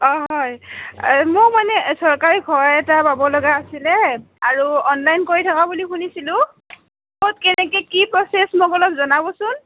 অঁ হয় মোৰ মানে চৰকাৰী ঘৰ এটা পাব লগা আছিলে আৰু অনলাইন কৰি থকা বুলি শুনিছিলোঁ ক'ত কেনেকে কি প্ৰচেছ মোক অলপ জনাবচোন